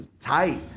tight